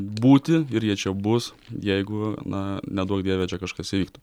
būti ir jie čia bus jeigu na neduok dieve čia kažkas įvyktų